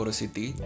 city